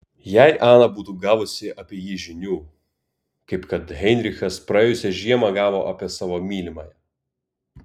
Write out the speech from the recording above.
jei ana būtų gavusi apie jį žinių kaip kad heinrichas praėjusią žiemą gavo apie savo mylimąją